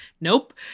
Nope